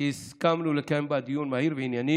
שהסכמנו לקיים בה דיון מהיר וענייני